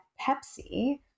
Pepsi